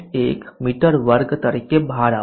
1 મી2 તરીકે બહાર આવશે